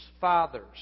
fathers